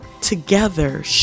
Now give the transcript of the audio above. together